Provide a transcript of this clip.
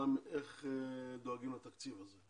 איך דואגים לתקציב הזה.